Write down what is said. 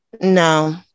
no